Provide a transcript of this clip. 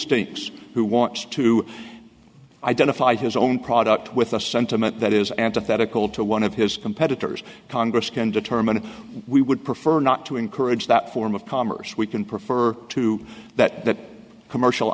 stinks who wants to identifies his own product with a sentiment that is antithetical to one of his competitors congress can determine if we would prefer not to encourage that form of commerce we can prefer to that that commercial